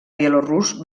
bielorús